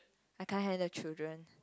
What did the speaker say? I can't handle children